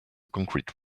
concrete